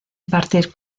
impartir